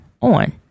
on